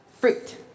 fruit